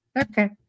Okay